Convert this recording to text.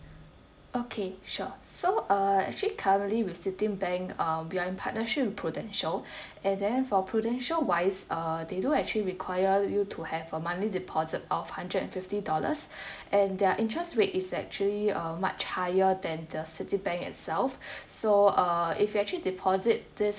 okay sure so uh actually currently with Citibank um we are in partnership with Prudential and then for Prudential wise uh they do actually require you to have a monthly deposit of hundred and fifty dollars and their interest rate is actually uh much higher than the Citibank itself so if you actually deposit this